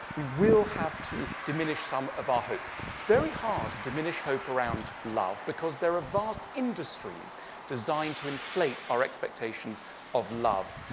we will have to diminish some of our hopes. it's very hard to diminish hope around love because there are vast industries designed to inflate our expectations of love.